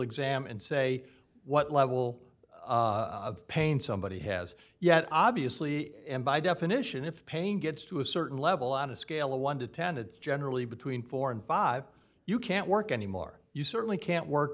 exam and say what level of pain somebody has yet obviously and by definition if pain gets to a certain level on a scale of one to ten it's generally between four and five you can't work any more you certainly can't work